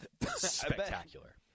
Spectacular